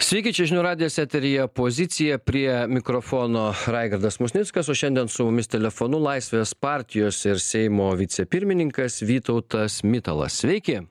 sveiki čia žinių radijas eteryje pozicija prie mikrofono raigardas musnickas o šiandien su mumis telefonu laisvės partijos ir seimo vicepirmininkas vytautas mitalas sveiki